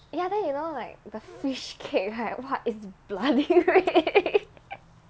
ya then you know like the fish cake right !wah! is bloody red